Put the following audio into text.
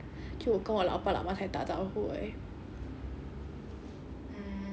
so when they see me they also don't 打招呼 [one] 就跟我老爸老妈才打招呼而已